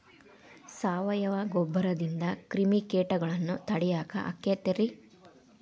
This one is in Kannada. ಸಾವಯವ ಗೊಬ್ಬರದಿಂದ ಕ್ರಿಮಿಕೇಟಗೊಳ್ನ ತಡಿಯಾಕ ಆಕ್ಕೆತಿ ರೇ?